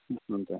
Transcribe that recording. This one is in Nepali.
हुन्छ